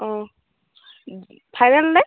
অঁ ফাইনেল নে